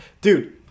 Dude